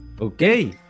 Okay